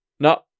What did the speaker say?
No